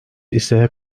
ise